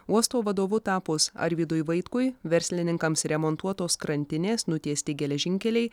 uosto vadovu tapus arvydui vaitkui verslininkams remontuotos krantinės nutiesti geležinkeliai